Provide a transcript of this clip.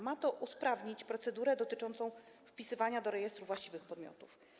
Ma to usprawnić procedurę dotyczącą wpisywania do rejestru właściwych podmiotów.